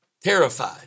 Terrified